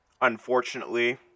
Unfortunately